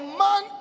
man